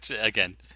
again